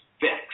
fix